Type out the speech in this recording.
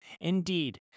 Indeed